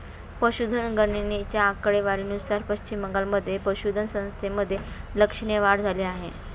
पशुधन गणनेच्या आकडेवारीनुसार पश्चिम बंगालमध्ये पशुधन संख्येमध्ये लक्षणीय वाढ झाली आहे